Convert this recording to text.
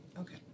Okay